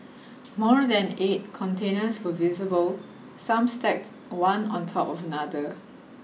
more than eight containers were visible some stacked one on top of another